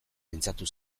mintzatu